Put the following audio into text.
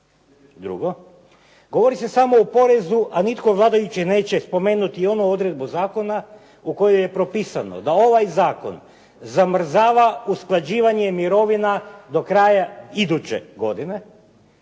Drugo, govori se samo o porezu a nitko od vladajućih neće spomenuti i onu odredbu zakona u kojoj je propisano da ovaj zakon zamrzava usklađivanje mirovina do kraja iduće godine